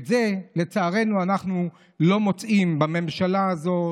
את זה לצערנו אנחנו לא מוצאים בממשלה הזאת,